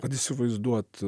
kad įsivaizduot